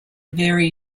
very